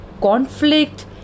conflict